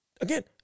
Again